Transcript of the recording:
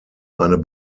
eine